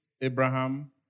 Abraham